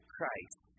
Christ